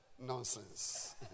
Nonsense